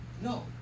No